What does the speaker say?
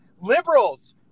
liberals